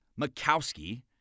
Makowski